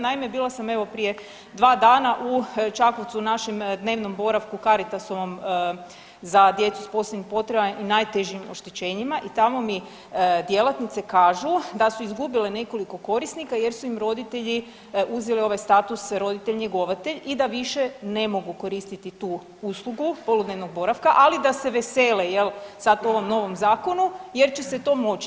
Naime, bila sam prije dva dana u Čakovcu u našem dnevnom boravku u Caritasovom za djecu sa posebnim potrebama i najtežim oštećenjima i tamo mi djelatnice kažu da su izgubile nekoliko korisnika jer su im roditelji uzeli ovaj status roditelj njegovatelj i da više ne mogu koristiti tu uslugu poludnevnog boravka, ali da se vesele sad ovom novom zakonu jer će se to moći.